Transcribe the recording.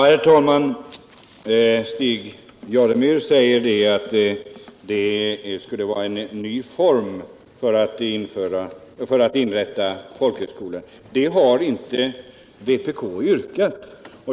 Herr talman! Stig Alemyr säger att vi vill ha en ny form för inrättande av folkhögskolor, men det har vpk inte påyrkat.